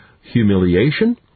humiliation